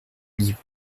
liv